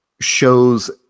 shows